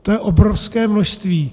To je obrovské množství.